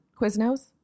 Quiznos